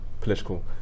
political